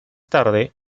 tarde